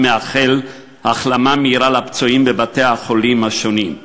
מאחל החלמה מהירה לפצועים בבתי-החולים השונים.